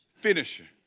finisher